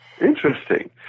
Interesting